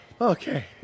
Okay